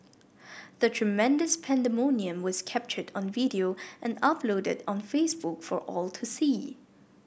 the tremendous pandemonium was captured on video and uploaded on Facebook for all to see